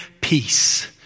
peace